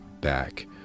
back